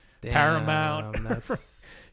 Paramount